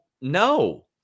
no